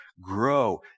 grow